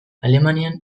alemanian